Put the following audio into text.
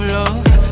love